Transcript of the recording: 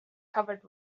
covered